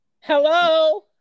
Hello